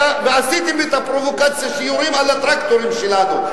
ועשיתם את הפרובוקציה שיורים על הטרקטורים שלנו.